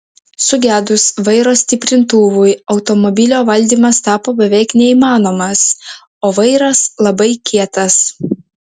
sugedus vairo stiprintuvui automobilio valdymas tapo beveik neįmanomas o vairas labai kietas